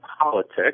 politics